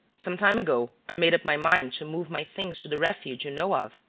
some time ago i made up my mind to move my things to the refuge you know of,